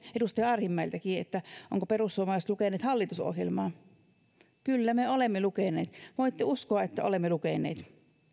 edustaja arhinmäeltäkin ovatko perussuomalaiset lukeneet hallitusohjelmaa kyllä me olemme lukeneet voitte uskoa että olemme lukeneet